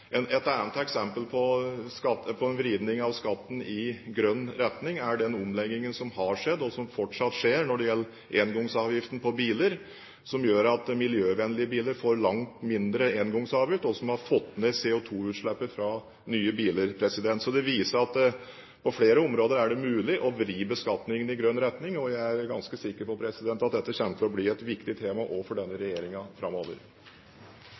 Et annet eksempel på vridning av skatten i grønn retning er den omleggingen som har skjedd, og som fortsatt skjer når det gjelder engangsavgiften på biler, som gjør at miljøvennlige biler får langt mindre engangsavgift, og man har fått ned CO2-utslippet fra nye biler. Så det viser at det på flere områder er mulig å vri beskatningen i grønn retning, og jeg er ganske sikker på at dette kommer til å bli et viktig tema også for denne regjeringen framover.